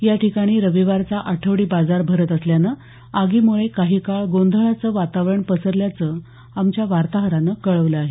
या ठिकाणी रविवारचा आठवडी बाजार भरत असल्यानं आगीमुळे काही काळ गोंघळाचं वातावरण पसरल्याचं आमच्या वार्ताहरानं कळवलं आहे